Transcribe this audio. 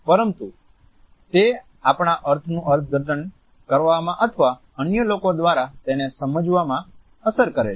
પરંતુ તે આપણા અર્થનું અર્થઘટન કરવામાં અથવા અન્ય લોકો દ્વારા તેને સમજવામાં અસર કરે છે